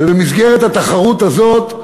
ובמסגרת התחרות הזאת,